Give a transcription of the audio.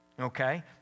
Okay